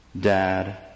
dad